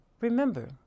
remember